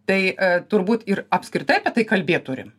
tai turbūt ir apskritai apie tai kalbėt turi